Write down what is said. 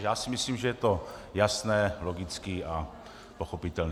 Já si myslím, že je to jasné, logické a pochopitelné.